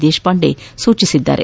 ದೇಶಪಾಂಡೆ ಸೂಚಿಸಿದ್ದಾರೆ